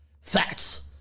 Facts